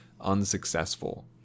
unsuccessful